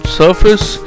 surface